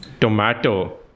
tomato